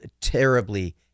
terribly